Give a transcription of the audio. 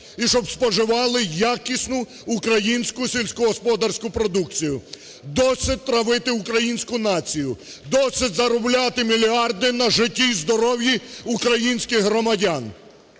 і щоб споживали якісну українську сільськогосподарську продукцію. Досить травити українську націю, досить заробляти мільярди на житті і здоров'ї українських громадян.